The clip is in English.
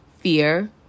fear